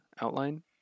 outline